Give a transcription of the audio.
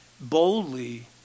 boldly